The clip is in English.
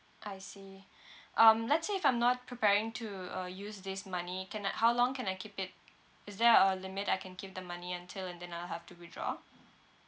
I see um let's say if I'm not preparing to uh use this money can I how long can I keep it is there a limit I can keep the money until and then I'll have to withdraw